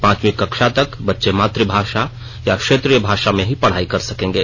पांचवी कक्षा तक बच्चे मातृभाषा या क्षेत्रीय भाषा में ही पढ़ाई कर सकेंगे